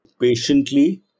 patiently